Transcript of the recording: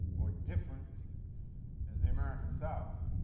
or different is the american south?